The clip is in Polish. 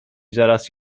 zaraz